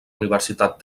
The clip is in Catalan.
universitat